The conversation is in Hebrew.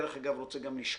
דרך אגב, אני רוצה גם לשקול.